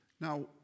Now